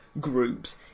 groups